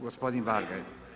Gospodin Varga.